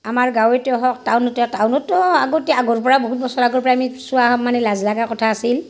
আমাৰ গাঁৱতে হওক টাউনতে টাউনততো আগতে আগৰ পৰাই বহুত বছৰ আগৰ পৰাই আমি চুৱা মানে লাজ লগা কথা আছিল